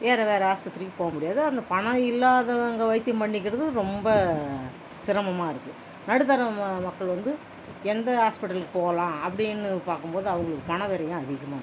வேறு வேறு ஆஸ்பத்திரிக்கு போக முடியாது அந்த பணம் இல்லாதவங்கள் வைத்தியம் பண்ணிக்கிறது ரொம்ப சிரமமாக இருக்குது நடுத்திர ம மக்கள் வந்து எந்த ஹாஸ்பிட்டலுக்கு போகலாம் அப்படினு பார்க்கும் போது அவங்களுக்கு பணம் விரயம் அதிகமாக இருக்கும்